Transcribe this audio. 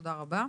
תודה רבה.